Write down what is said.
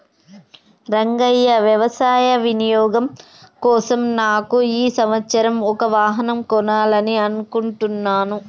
రంగయ్య వ్యవసాయ వినియోగం కోసం నాకు ఈ సంవత్సరం ఒక వాహనం కొనాలని అనుకుంటున్నాను